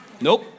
Nope